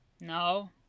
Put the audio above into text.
no